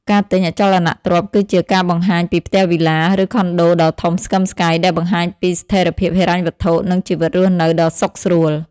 ការទិញអចលនទ្រព្យគឺជា ការបង្ហាញពីផ្ទះ វីឡា ឬខុនដូដ៏ធំស្កឹមស្កៃ ដែលបង្ហាញពីស្ថិរភាពហិរញ្ញវត្ថុ និងជីវិតរស់នៅដ៏សុខស្រួល។